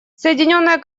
соединенное